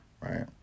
right